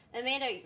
Amanda